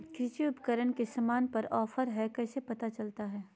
कृषि उपकरण के सामान पर का ऑफर हाय कैसे पता चलता हय?